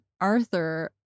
Arthur